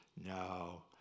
No